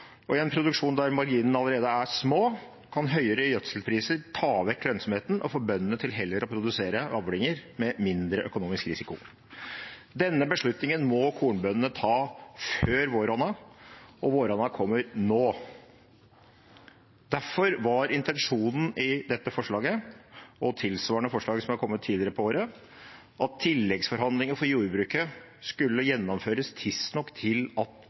og i en produksjon der marginene allerede er små, kan høyere gjødselpriser ta vekk lønnsomheten og få bøndene til heller å produsere avlinger med mindre økonomisk risiko. Denne beslutningen må kornbøndene ta før våronna, og våronna kommer nå. Derfor var intensjonen i dette forslaget, og i tilsvarende forslag som har kommet tidligere på året, at tilleggsforhandlinger for jordbruket skulle gjennomføres tidsnok til at